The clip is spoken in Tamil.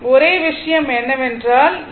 ஒரே விஷயம் என்னவென்றால் ஈ